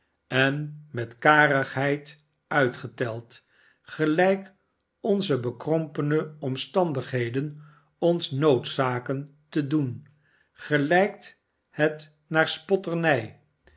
en met karigheid uitgeteld gelijk onze bekrompene omstandigheden ons noodzaken te doen gelijkt het naar spotternij